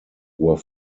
were